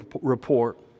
report